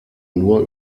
nur